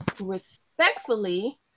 respectfully